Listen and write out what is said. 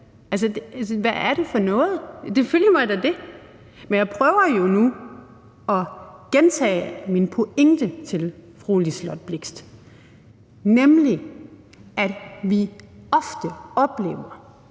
Altså, hvad er det for noget? Selvfølgelig må jeg da det. Men jeg prøver jo nu at gentage min pointe til fru Liselott Blixt, nemlig at vi ofte oplever,